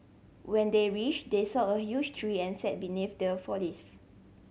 when they reached they saw a huge tree and sat beneath the